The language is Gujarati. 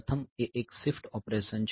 પ્રથમ એ એક શિફ્ટ ઓપરેશન છે